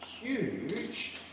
huge